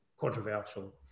controversial